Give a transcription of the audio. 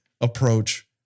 approach